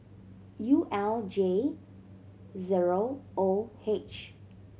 U L J zero O H